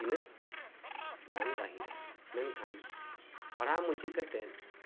ᱛᱤᱱᱟᱹᱜ ᱜᱟᱱ ᱜᱟᱹᱦᱤᱨᱟ ᱢᱮᱱᱠᱷᱟᱱ ᱯᱟᱲᱦᱟᱣ ᱢᱩᱪᱟᱹᱫ ᱠᱟᱛᱮᱜ